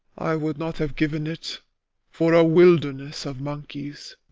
i would not have given it for a wilderness of monkeys.